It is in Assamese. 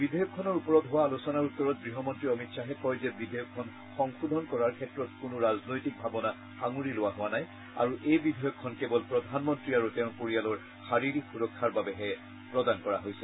বিধেয়কখনৰ ওপৰত হোৱা আলোচনাৰ উত্তৰত গৃহমন্ত্ৰী অমিত শ্বাহে কয় যে বিধেয়কখন সংশোধন কৰাৰ ক্ষেত্ৰত কোনো ৰাজনৈতিক ভাৱনা সাঙুৰি লোৱা হোৱা নাই আৰু এই বিধেয়কখন কেৱল প্ৰধানমন্ত্ৰী আৰু তেওঁৰ পৰিয়ালৰ শাৰীৰিক সুৰক্ষাৰ বাবেহে প্ৰদান কৰা হৈছে